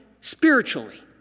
spiritually